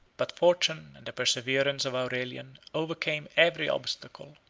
but fortune, and the perseverance of aurelian, overcame every obstacle.